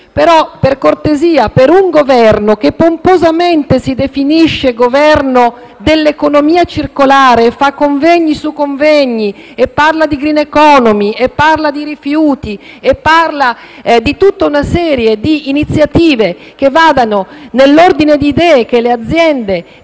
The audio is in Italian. però, per cortesia, per un Governo, che pomposamente si definisce Governo dell'economia circolare, che fa convegni su convegni e che parla di *green economy*, di rifiuti e di tutta una serie di iniziative che vanno nell'ordine di idee che le aziende